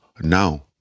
now